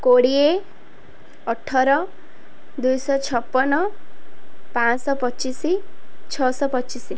କୋଡ଼ିଏ ଅଠର ଦୁଇ ଶହ ଛପନ ପାଞ୍ଚ ଶହ ପଚିଶି ଛଅ ଶହ ପଚିଶି